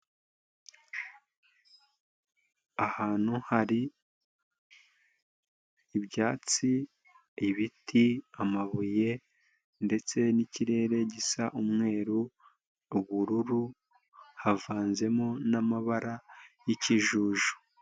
Ahantu hari ibyatsi, ibiti, amabuye ndetse n'ikirere gisa umweru, ubururu havanzemo n'amabara y'kijuju.